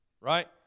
Right